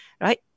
right